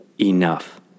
enough